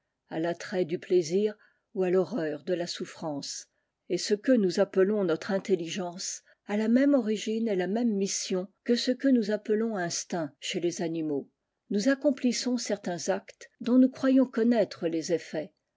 à l'attrait du plaisir ou à l'horreur de la souffrance et ce que nous appelons notre intelligence a la même origine et la même mission que ce que nous appelons instinct chez les animaux nous accoinplissons certains actes dont nous croyons connaître les effets